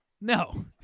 no